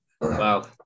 wow